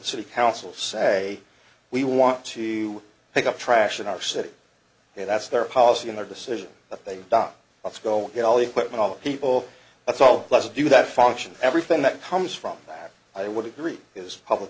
city council say we want to pick up trash in our city if that's their policy in their decision that they've done of go get all the equipment all the people that's all let's do that function everything that comes from that i would agree is public